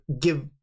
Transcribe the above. give